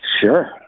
Sure